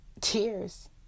tears